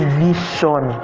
vision